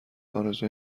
ارزوی